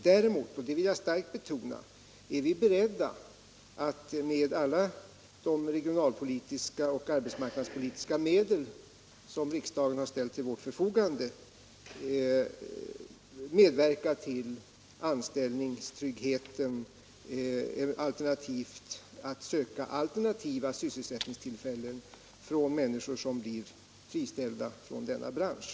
Däremot — och det vill jag starkt betona — är vi beredda att med alla de regionalpolitiska och arbetsmarknadspolitiska medel som riksdagen har ställt till vårt förfogande medverkar till att skapa anställningstrygghet eller att ordna alternativa sysselsätt 45 ningstillfällen för de människor som blir friställda inom denna bransch.